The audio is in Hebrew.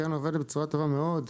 הקרן עובדת בצורה טובה מאוד.